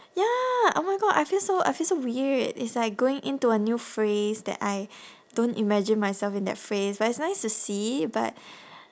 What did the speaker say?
ya oh my god I feel so I feel so weird it's like going into a new phase that I don't imagine myself in that phase but it's nice to see but